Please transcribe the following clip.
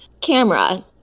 camera